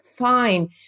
fine